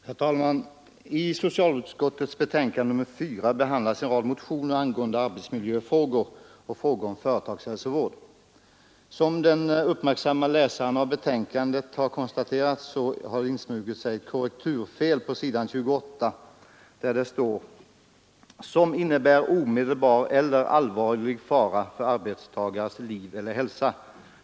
Herr talman! I socialutskottets betänkande nr 4 behandlas en rad motioner angående arbetsmiljöfrågor och frågor om företagshälsovård. Som den uppmärksamme läsaren av betänkandet har observerat har det insmugit sig ett korrekturfel på s. 28. Där står det ”som innebär omedelbar eller allvarlig fara för arbetstagares liv eller hälsa”.